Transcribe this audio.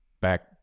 back